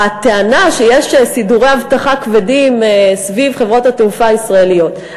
הטענה שיש סידורי אבטחה כבדים סביב חברות התעופה הישראליות,